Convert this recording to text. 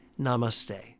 Namaste